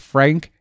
Frank